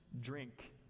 drink